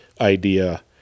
idea